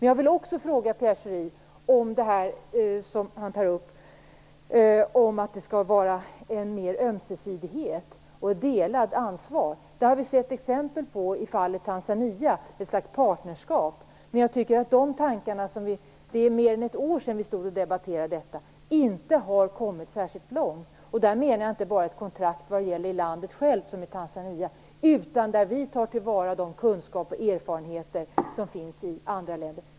Jag vill också fråga Pierre Schori om det han tar upp om mer ömsesidighet och delat ansvar. Det har vi sett exempel på i fallet Tanzania, där det har varit ett slags partnerskap. Jag tycker dock att de tankarna inte har kommit särskilt långt. Det är faktiskt mer än ett år sedan vi stod och debatterade detta. Jag menar nu inte bara ett kontrakt med landet självt, som i fallet Tanzania, utan också att vi tar till vara de kunskaper och erfarenheter som finns i länderna i fråga.